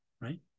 right